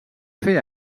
fer